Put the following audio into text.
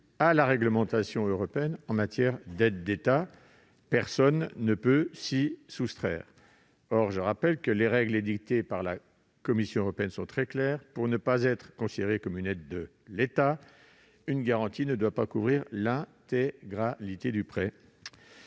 la réglementation européenne en matière d'aides d'État, à laquelle personne ne peut se soustraire. Ces règles édictées par la Commission européenne sont très claires : pour ne pas être considérée comme une aide d'État, une garantie ne doit pas couvrir l'intégralité du prêt.